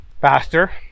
Faster